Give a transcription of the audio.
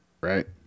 Right